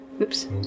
Oops